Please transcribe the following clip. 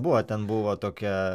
buvo ten buvo tokia